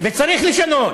וצריך לשנות.